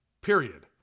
period